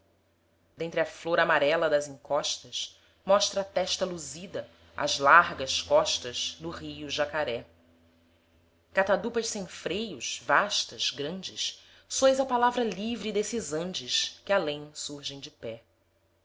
dentre a flor amarela das encostas mostra a testa luzida as largas costas no rio o jacaré catadupas sem freios vastas grandes sois a palavra livre desses andes que além surgem de pé